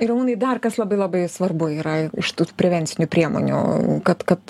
ir rumūnai dar kas labai labai svarbu yra iš tų prevencinių priemonių kad kad